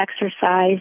exercise